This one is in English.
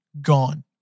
gone